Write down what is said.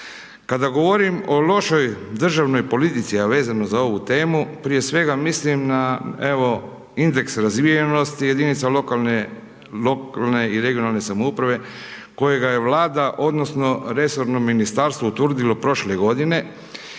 Kada govorim o lošoj državnoj politici, a vezano za ovu temu, prije svega mislim na indeks razvijenosti, jedinice lokalne i regionalne samouprave, kojega je vlada, odnosno resorno ministarstvo utvrdilo prošle godine